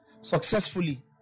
successfully